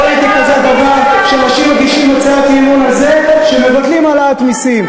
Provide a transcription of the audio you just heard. לא ראיתי כזה דבר שאנשים מגישים הצעת אי-אמון על זה שמבטלים העלאת מסים.